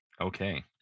Okay